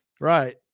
Right